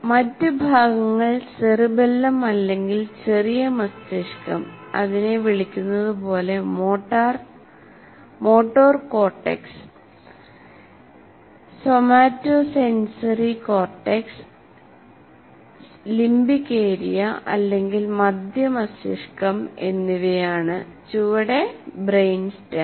മറ്റ് ഭാഗങ്ങൾ സെറിബെല്ലം അല്ലെങ്കിൽ ചെറിയ മസ്തിഷ്കം അതിനെ വിളിക്കുന്നത് പോലെ motor cortex somatosensory cortex limbic area അല്ലെങ്കിൽ മധ്യ മസ്തിഷ്കം എന്നിവയാണ് ചുവടെ ബ്രെയിൻ സ്സ്റ്റം